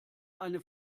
eine